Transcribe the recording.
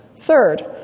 Third